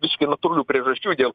visiškai natūralių priežasčių dėl